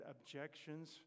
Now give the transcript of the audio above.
objections